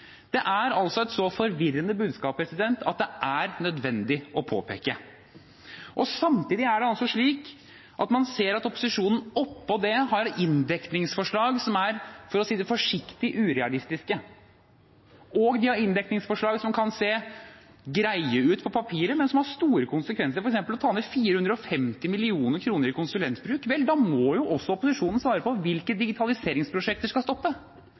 Det er altså et så forvirrende budskap at det er nødvendig å påpeke det. Samtidig er det slik at man ser at opposisjonen oppå det har inndekningsforslag som er – for å si det forsiktig – urealistiske, og de har inndekningsforslag som kan se greie ut på papiret, men som har store konsekvenser, f.eks. å ta ned 450 mill. kr i konsulentbruk. Vel, da må også opposisjonen svare på hvilke digitaliseringsprosjekter som skal stoppe,